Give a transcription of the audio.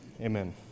Amen